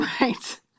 Right